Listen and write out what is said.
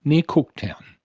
near cooktown.